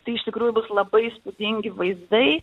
tai iš tikrųjų bus labai įspūdingi vaizdai